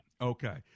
Okay